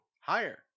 Higher